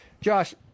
josh